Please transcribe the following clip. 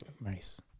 Nice